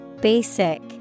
Basic